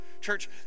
Church